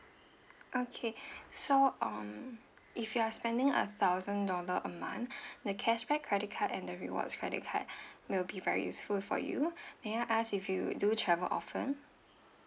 okay so um if you are spending a thousand dollar a month the cashback credit card and the rewards credit card will be very useful for you may I ask if you do travel often